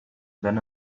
then